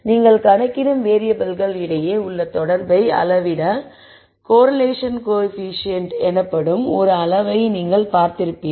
நீங்கள் கணக்கிடும் வேறியபிள்கள் இடையே உள்ள தொடர்பை அளவிட கோரிலேஷன் கோயபிசியன்ட் எனப்படும் ஒரு அளவை நீங்கள் பார்த்திருப்பீர்கள்